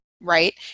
right